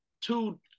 two